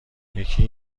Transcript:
یکی